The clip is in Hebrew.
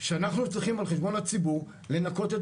שאנחנו צריכים על חשבון הציבור לנקות.